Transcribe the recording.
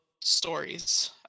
stories